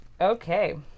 Okay